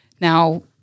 Now